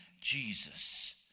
Jesus